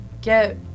get